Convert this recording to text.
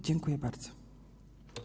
Dziękuję bardzo.